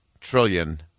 trillion